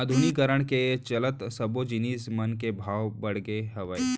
आधुनिकीकरन के चलत सब्बो जिनिस मन के भाव बड़गे हावय